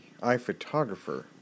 iPhotographer